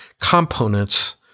components